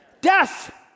Death